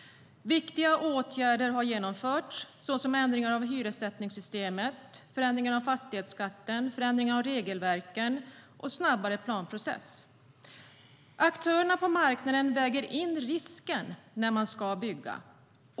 Viktiga åtgärder har genomförts, såsom ändringar av hyressättningssystemet, förändringen av fastighetsskatten, förändringar av regelverken och snabbare planprocess. Aktörerna på marknaden väger in risken när de ska bygga.